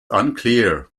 unclear